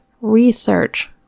research